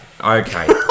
okay